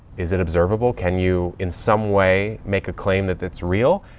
is it observable? can you, in some way make a claim that that's real.